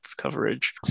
coverage